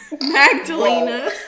Magdalena